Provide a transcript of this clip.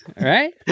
Right